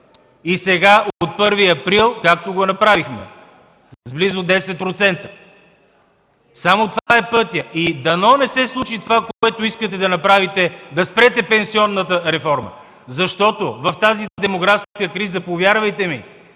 И сега, от 1 април, както го направихме – с близо 10%. Само това е пътят. И дано не се случи това, което искате да направите – да спрете пенсионната реформа. Защото в тази демографска криза, повярвайте ми,